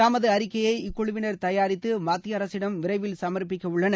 தமது அறிக்கையை இக்குழுவினர் தயாரித்து மத்திய அரசிடம் விரைவில் சமர்ப்பிக்க உள்ளனர்